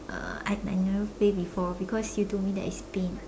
uh I I never play before because you told me that it's pain